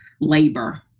labor